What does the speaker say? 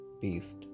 beast